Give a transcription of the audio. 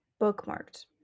bookmarked